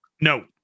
No